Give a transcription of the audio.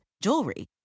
jewelry